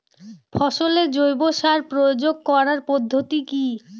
ফসলে জৈব সার প্রয়োগ করার পদ্ধতি কি?